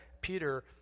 Peter